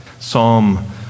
Psalm